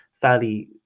fairly